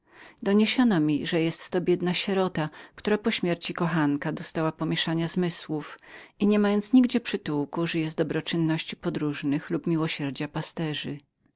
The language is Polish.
doniesiono mi że była to biedna sierota która po śmierci kochanka dostała pomięszania zmysłów i nie mając nigdzie przytułku żyje z dobroczynności podróżnych lub miłosierdzia pasterzów